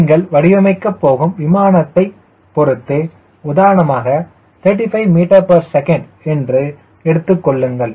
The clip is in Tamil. நீங்கள் வடிவமைக்கப் போகும் விமானத்தை பொருத்து உதாரணமாக 35 ms என்று எடுத்துக் கொள்ளுங்கள்